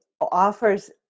offers